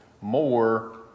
more